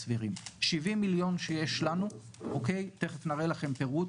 יש לנו בעיה שאני תיכף אדבר עליה.